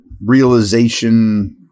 realization